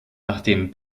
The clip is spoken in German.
nachdem